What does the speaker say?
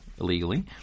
illegally